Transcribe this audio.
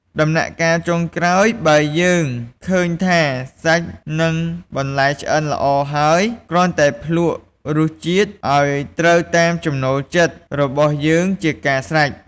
ដំណាក់កាលចុងក្រោយ បើយើងឃើញថាសាច់និងបន្លែឆ្អិនល្អហើយ គ្រាន់តែភ្លក្សរសជាតិឱ្យត្រូវតាមចំណូលចិត្តរបស់យើងជាការស្រេច។